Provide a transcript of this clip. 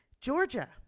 georgia